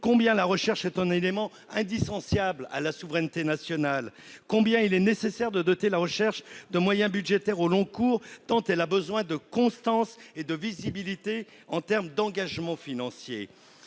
combien la recherche était un élément indissociable de notre souveraineté nationale et combien il était nécessaire de la doter de moyens budgétaires au long cours, tant elle a besoin de constance et de visibilité en termes d'engagements financiers.